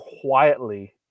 quietly